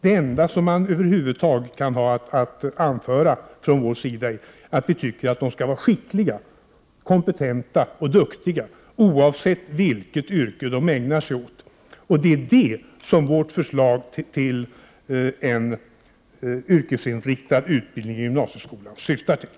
Det enda som vi anför från vår sida är att man skall vara skicklig, kompetent och duktig oavsett vilket yrke man ägnar sig åt. Det är detta som vårt förslag till en yrkesinriktad utbildning i gymnasieskolan syftar till.